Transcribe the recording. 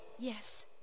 Yes